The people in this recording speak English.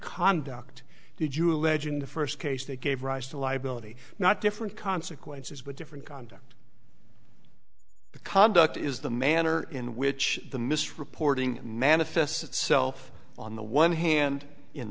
conduct did you allege in the first case that gave rise to liability not different consequences but different conduct the conduct is the manner in which the misreporting manifests itself on the one hand in